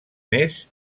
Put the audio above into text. més